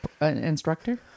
instructor